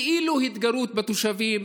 כאילו התגרות בתושבים,